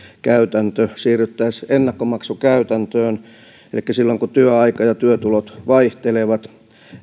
käytäntö siirryttäisiin ennakkomaksukäytäntöön silloin kun työaika ja työtulot vaihtelevat